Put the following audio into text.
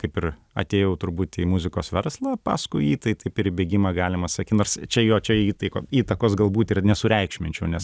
kaip ir atėjau turbūt į muzikos verslą paskui jį tai taip ir į bėgimą galima sakyt nors čia jo čia įtai įtakos galbūt ir nesureikšminčiau nes